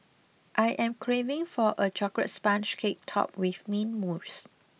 I am craving for a chocolate sponge cake topped with mint mousse